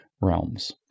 realms